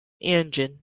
engine